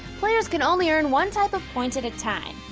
players can only earn one type of points at a time.